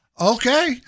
okay